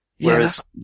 whereas